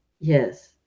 Yes